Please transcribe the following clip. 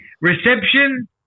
Reception